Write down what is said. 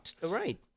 right